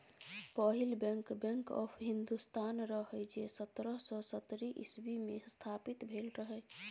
पहिल bank, bank of Hindostan रहय जे सतरह सय सत्तरि इस्बी मे स्थापित भेल रहय